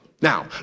Now